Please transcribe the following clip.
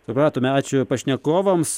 supratome ačiū pašnekovams